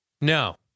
No